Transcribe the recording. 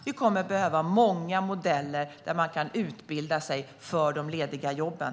Vi kommer att behöva många modeller för hur man kan utbilda sig för de lediga jobben.